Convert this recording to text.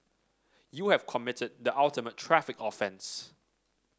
you have committed the ultimate traffic offence